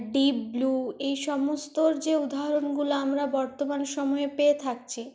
deep Blue এই সমস্ত যে উদাহরণগুলো আমরা বর্তমান সময়ে পেয়ে থাকছি